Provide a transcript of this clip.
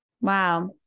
Wow